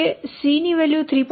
6 છે અને k ની વેલ્યુ 1